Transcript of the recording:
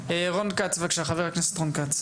רון כץ, בבקשה, חבר הכנסת רון כץ.